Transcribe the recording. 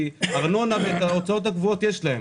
כי את הארנונה וההוצאות הגבוהות יש להם,